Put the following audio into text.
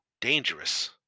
dangerous